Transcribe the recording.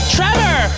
Trevor